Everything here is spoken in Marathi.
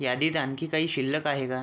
यादीत आणखी काही शिल्लक आहे का